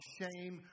shame